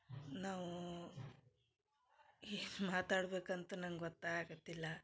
ನಾವು ಏನು ಮಾತಾಡಬೇಕಂತ ನಂಗ ಗೊತ್ತಾಗಕತ್ತಿಲ್ಲ